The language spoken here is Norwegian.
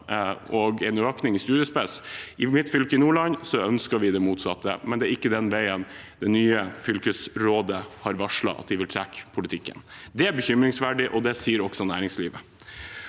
og en økning i studiespesialisering. I mitt fylke, Nordland, ønsker vi det motsatte, men det er ikke den veien det nye fylkesrådet har varslet at de vil trekke politikken. Det er bekymringsverdig, og det sier også næringslivet.